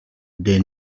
they